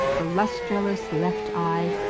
the lustreless left eye,